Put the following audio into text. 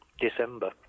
December